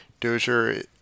Dozier